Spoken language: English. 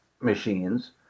machines